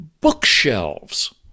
bookshelves